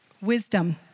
wisdom